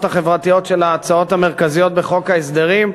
החברתיות של ההצעות המרכזיות בחוק ההסדרים,